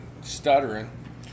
Stuttering